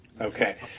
Okay